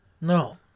No